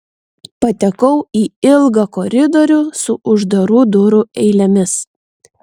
patekau į ilgą koridorių su uždarų durų eilėmis